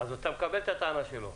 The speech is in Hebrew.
אז אתה מקבל את הטענה שלו?